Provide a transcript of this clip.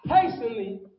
patiently